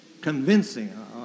convincing